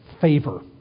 favor